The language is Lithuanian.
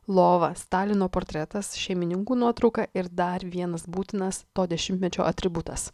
lova stalino portretas šeimininkų nuotrauka ir dar vienas būtinas to dešimtmečio atributas